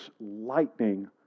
lightning